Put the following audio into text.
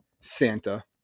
Santa